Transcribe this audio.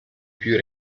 più